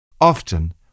Often